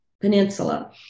peninsula